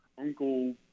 uncle